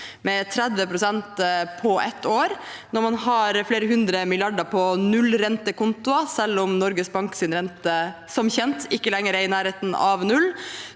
med 30 pst. på ett år – når man har flere hundre milliarder på nullrentekontoer selv om Norges Banks rente, som kjent, ikke lenger er i nærheten av null